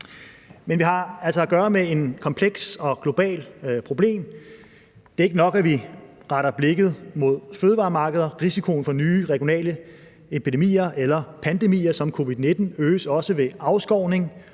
Men vi har altså at gøre med et komplekst og globalt problem. Det er ikke nok, at vi retter blikket mod fødevaremarkeder – risikoen for nye regionale epidemier eller pandemier som covid-19 øges også ved afskovning